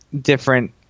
different